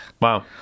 wow